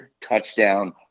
touchdown